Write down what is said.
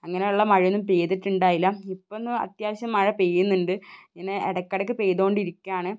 അങ്ങെനെയുള്ള മഴ ഒന്നും പെയ്തിട്ടുണ്ടായില്ല ഇപ്പം എന്നു അത്യാവശ്യം മഴ പെയ്യുന്നുണ്ട് ഇങ്ങനെ ഇടയ്ക്കിടയ്ക്ക് പെയ്തുകൊണ്ടിരിക്കുകയാണ്